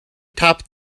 topped